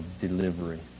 delivery